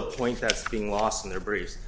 a point that's being lost in their briefs